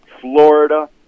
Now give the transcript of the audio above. Florida